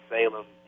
Salem